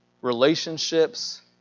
relationships